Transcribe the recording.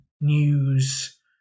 news